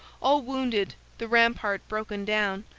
all wounded, the rampart broken down,